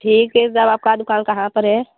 ठीक है तब आपका दुकान कहाँ पर है